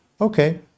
okay